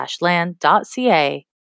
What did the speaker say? land.ca